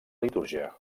litúrgia